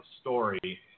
story